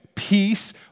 peace